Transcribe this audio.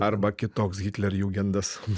arba kitoks hitlerjugendas